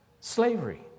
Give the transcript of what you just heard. slavery